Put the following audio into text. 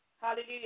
Hallelujah